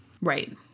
Right